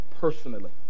personally